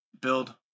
build